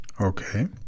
okay